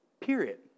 Period